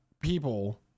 people